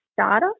data